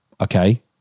okay